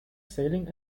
sailing